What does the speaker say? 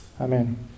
Amen